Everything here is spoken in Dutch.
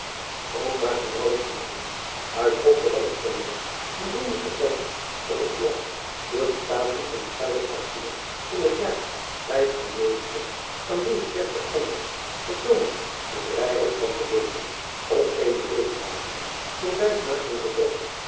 ok maakte uit hoofde van het onderwerp bijzonder oplettend op het glas door de taten van het uiderkwartier in het jaar vijf en negentig aan deze kerk geschonken vertoonende de vrijheid van geweten op eenen zegewagen door vijf maagden getrokken